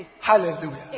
Hallelujah